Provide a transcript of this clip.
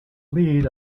lead